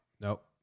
Nope